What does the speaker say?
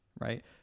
right